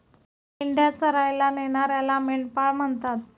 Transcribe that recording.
मेंढ्या चरायला नेणाऱ्याला मेंढपाळ म्हणतात